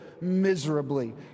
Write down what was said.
miserably